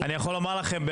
אני יכול לומר לכם,